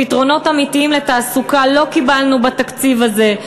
פתרונות אמיתיים לתעסוקה לא קיבלנו בתקציב הזה.